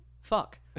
Fuck